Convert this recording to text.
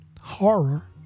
horror